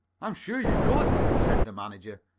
am sure you could, said the manager.